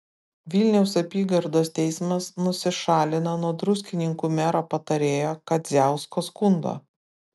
vilniaus apygardos teismas nusišalino nuo druskininkų mero patarėjo kadziausko skundo